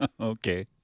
Okay